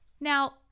Now